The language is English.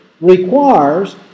requires